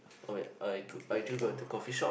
okay I cou~ I through got the coffee shop